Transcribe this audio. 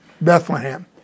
Bethlehem